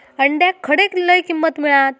अंड्याक खडे लय किंमत मिळात?